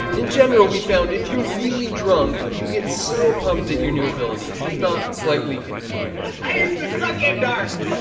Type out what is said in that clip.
in general we found if you're really drunk, you get so pumped at your new abilities, if not slightly confused. i used to suck at darts!